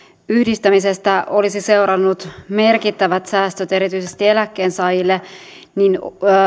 yhdistämisestä olisi seurannut merkittävät säästöt erityisesti eläkkeensaajille niin